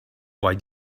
why